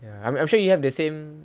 ya I'm I'm sure you have the same